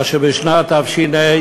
אשר בשנת תש"ה,